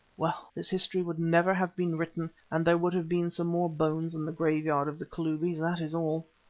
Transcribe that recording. well, this history would never have been written and there would have been some more bones in the graveyard of the kalubis, that is all!